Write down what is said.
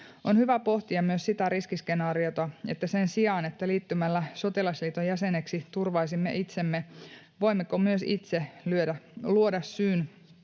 On hyvä pohtia myös sitä riskiskenaariota, että sen sijaan, että liittymällä sotilasliiton jäseneksi turvaisimme itsemme, voimmeko myös itse luoda syyn